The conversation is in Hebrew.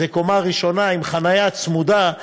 זו קומה ראשונה עם חניה צמודה.